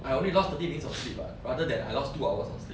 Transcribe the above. I only lost thirty minutes of sleep [what] rather than I lost two hours of sleep